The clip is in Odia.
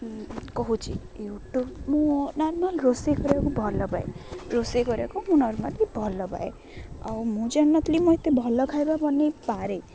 କହୁଛି ୟୁଟ୍ୟୁବ୍ ମୁଁ ନର୍ମାଲ୍ ରୋଷେଇ କରିବାକୁ ଭଲପାଏ ରୋଷେଇ କରିବାକୁ ମୁଁ ନର୍ମାଲି ଭଲପାଏ ଆଉ ମୁଁ ଜାଣିନଥିଲି ମୁଁ ଏତେ ଭଲ ଖାଇବା ବନାଇ ପାରେ